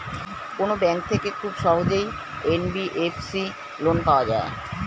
কোন ব্যাংক থেকে খুব সহজেই এন.বি.এফ.সি লোন পাওয়া যায়?